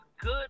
good